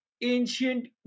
ancient